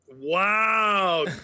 Wow